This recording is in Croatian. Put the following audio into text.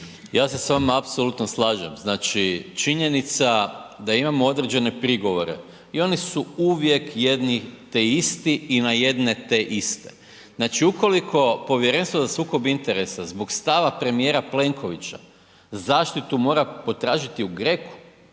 Ja se s vama apsolutno slažem. Znači činjenica da imamo određene prigovore i oni su uvijek jedni te isti i na jedne te iste. Znači ukoliko Povjerenstvo za sukob interesa zbog stava premijera Plenkovića zaštitu mora potražiti u GRECU,